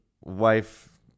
wife